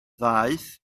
ddaeth